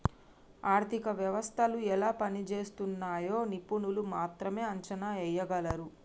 ఆర్థిక వ్యవస్థలు ఎలా పనిజేస్తున్నయ్యో నిపుణులు మాత్రమే అంచనా ఎయ్యగలరు